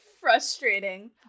frustrating